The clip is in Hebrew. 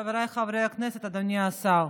חבריי חברי הכנסת, אדוני השר,